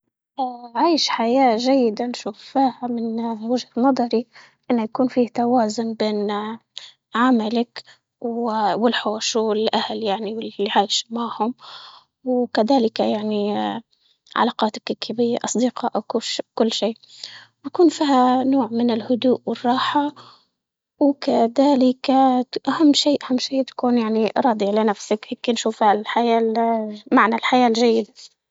عيش حياة جيدة نشوفها من وجهة نظري إنه يكون في توازن بين عملك والحوش والأهل يعني، واللي عايش معهم، وكدلك يعني علاقاتك كبي اللي هي أصدقائك والش- كل شي، ويكون فيها نوع من الهدوء والراحة، وكدلك ت- أهم شي أهم شي تكون يعني راضي على نفسك هيكي نشوف الحياة ال- معنى الحياة الجيد.